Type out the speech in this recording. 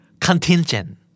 Contingent